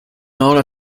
order